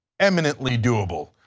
eminently doable.